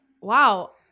wow